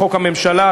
לחוק הממשלה,